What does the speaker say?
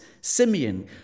Simeon